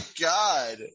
God